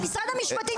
שמשרד המשפטים,